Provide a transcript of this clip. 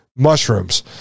mushrooms